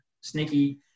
sneaky